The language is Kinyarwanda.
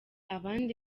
abandi